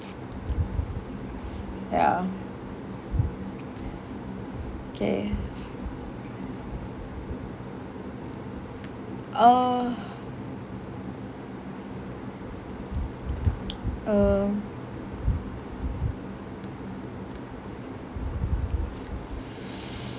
ya K uh uh